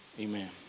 Amen